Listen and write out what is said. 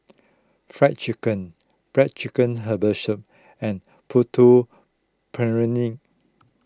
Fried Chicken Black Chicken Herbal Soup and Putu